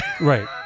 Right